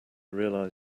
realized